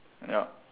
yup